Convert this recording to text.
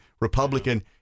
republican